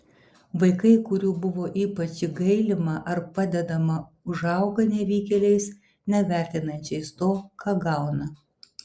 vaikai kurių buvo ypač gailima ar padedama užauga nevykėliais nevertinančiais to ką gauna